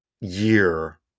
year